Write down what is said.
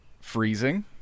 freezing